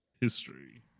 history